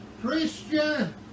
Christian